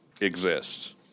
exists